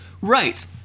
Right